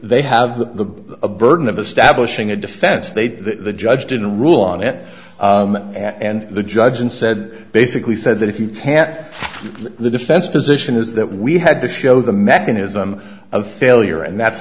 they have the burden of establishing a defense they the judge didn't rule on it and the judge and said basically said that if you can't the defense position is that we had to show the mechanism of failure and that's